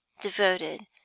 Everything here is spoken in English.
devoted